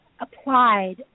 applied